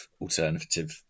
alternative